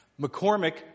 McCormick